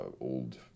old